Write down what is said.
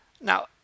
Now